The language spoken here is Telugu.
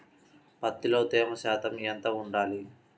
పత్తిలో తేమ శాతం ఎంత ఉండాలి?